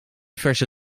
verse